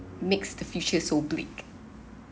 makes the future so bleak